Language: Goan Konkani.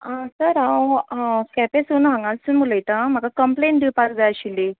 आं सर हांव केंपेसून हांगासून उलयतां म्हाका कंप्लेन दिवपाक जाय आशिल्ली